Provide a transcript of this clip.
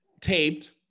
taped-